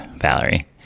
Valerie